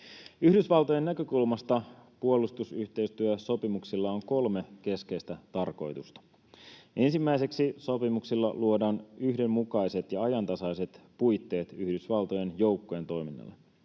Yhdysvaltojen näkökulmasta puolustusyhteistyösopimuksilla on kolme keskeistä tarkoitusta. Ensimmäiseksi, sopimuksilla luodaan yhdenmukaiset ja ajantasaiset puitteet Yhdysvaltojen joukkojen toiminnalle.